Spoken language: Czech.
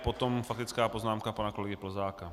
Potom faktická poznámka pana kolegy Plzáka.